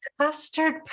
custard